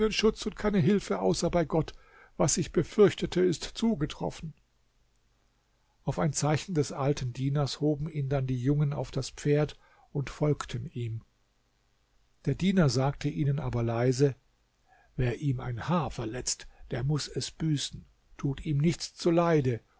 schutz und keine hilfe außer bei gott was ich befürchtete ist zugetroffen auf ein zeichen des alten dieners hoben ihn dann die jungen auf das pferd und folgten ihm der diener sagte ihnen aber leise wer ihm ein haar verletzt der muß es büßen tut ihm nichts zuleide